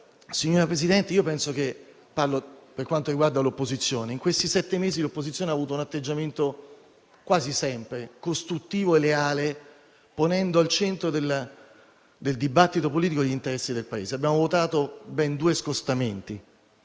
signor Presidente, per quanto riguarda l'opposizione, io penso che in questi sette mesi l'opposizione abbia avuto un atteggiamento quasi sempre costruttivo e leale, ponendo al centro del dibattito politico gli interessi del Paese. Abbiamo votato ben due scostamenti,